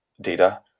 data